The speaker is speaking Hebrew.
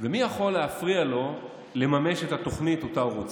ומי יכול להפריע לו לממש את התוכנית שאותה הוא רוצה.